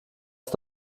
ist